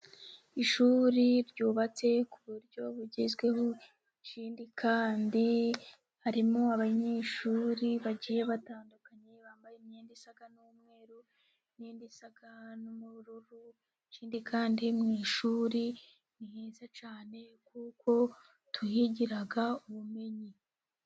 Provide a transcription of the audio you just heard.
Ishuri ryubatse ku buryo bugezweho, ikindi kandi harimo abanyeshuri bagiye batandukanye, bambaye imyenda isa n'umweru n'indi isa n'ubururu, ikindi kandi mu ishuri ni heza cyane kuko tuhigira ubumenyi.